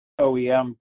OEM